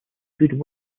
good